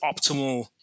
optimal